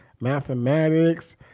mathematics